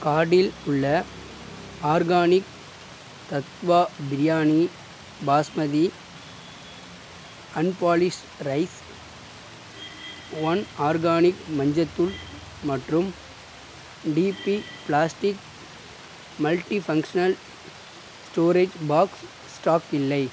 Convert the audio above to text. கார்ட்டில் உள்ள organic Tattva biryani basmati unpolished rice one organic மஞ்சள் தூள் மற்றும் DP plastic multi functional storage box stock இல்லை